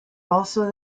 also